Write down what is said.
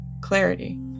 clarity